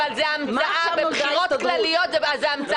מה יש לך מההסתדרות עכשיו?